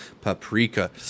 Paprika